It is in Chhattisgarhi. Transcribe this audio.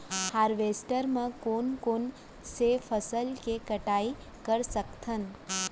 हारवेस्टर म कोन कोन से फसल के कटाई कर सकथन?